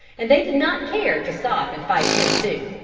and they did not care to stop and fight him too.